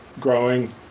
growing